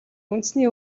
үндэсний